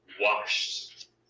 washed